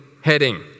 heading